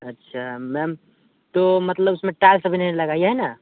अच्छा मैम तो मतलब उसमें टाइल्स अभी नहीं लगाई है ना